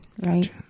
right